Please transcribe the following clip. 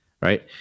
right